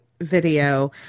video